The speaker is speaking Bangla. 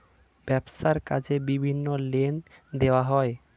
ব্যবসার কাজে বিভিন্ন লোন দেওয়া হয়